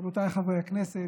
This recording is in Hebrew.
רבותיי חברי הכנסת,